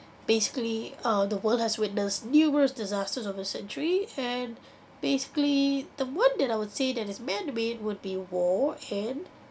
basically uh the world has witnessed numerous disasters of a century and basically the one that I would say that is man-made would be war and